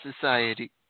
society